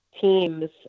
teams